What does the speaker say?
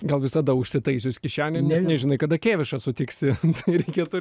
gal visada užsitaisius kišenę nes nežinai kada kėvišą sutiksi tai reikėtų